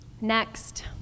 Next